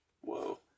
whoa